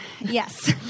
Yes